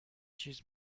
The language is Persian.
چیز